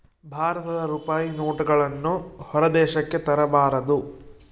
ಭಾರತದ ರೂಪಾಯಿ ನೋಟುಗಳನ್ನು ಹೊರ ದೇಶಕ್ಕೆ ತರಬಾರದು